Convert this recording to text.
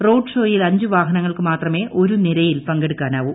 road ഷോയിൽ അഞ്ചുവാഹനങ്ങൾക്കു മാത്രമേ ഒരു നിരയിൽ പങ്കെടുക്കാനാവൂ